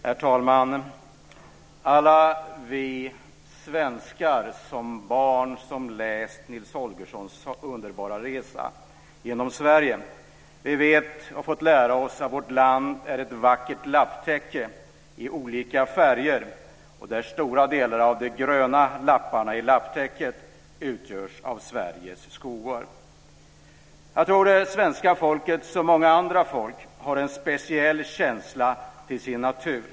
Herr talman! Alla vi svenskar som har som barn läst Nils Holgerssons underbara resa genom Sverige vet och har fått lära oss att vårt land är ett vackert lapptäcke i olika färger där stora delarna av de gröna lapparna i lapptäcket utgörs av Sveriges skogar. Jag tror att det svenska folket som många andra folk har en speciell känsla till sin natur.